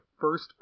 first